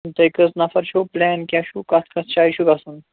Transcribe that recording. تُہۍ کٔژ نَفَر چھُو پٔلین کیٛاہ چھُو کَتھ کَتھ جایہِ چھُو گژھُن